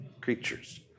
creatures